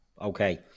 Okay